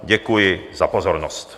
Děkuji za pozornost.